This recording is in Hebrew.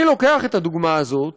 אני לוקח את הדוגמה הזאת